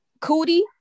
Cootie